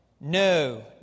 no